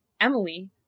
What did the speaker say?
emily